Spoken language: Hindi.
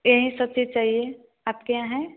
यह हीं सब चीज़ चाहिए आपके यहाँ हैं